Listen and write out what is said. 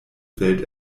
welt